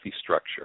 structure